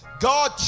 God